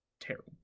terrible